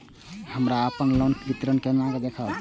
हमरा अपन लोन के विवरण केना देखब?